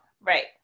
right